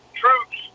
troops